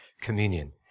communion